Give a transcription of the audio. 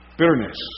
bitterness